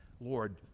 Lord